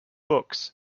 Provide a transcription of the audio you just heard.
books